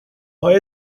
های